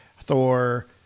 Thor